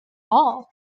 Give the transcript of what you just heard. all